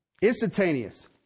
Instantaneous